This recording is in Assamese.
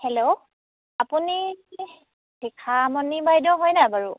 হেল্ল' আপুনি শিখামণি বাইদেউ হয়নে বাৰু